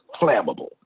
flammable